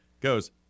goes